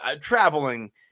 traveling